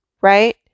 Right